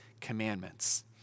commandments